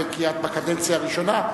כי את בקדנציה הראשונה,